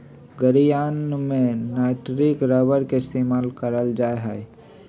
गड़ीयन में nitrile rubber के इस्तेमाल कइल जा हई